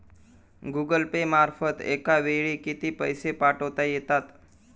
Google Pay मार्फत एका वेळी किती पैसे पाठवता येतात?